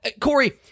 Corey